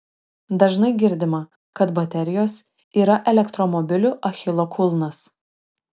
dažnai girdima kad baterijos yra elektromobilių achilo kulnas